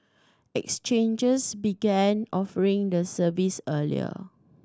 exchanges began offering the services earlier